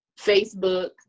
Facebook